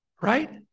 Right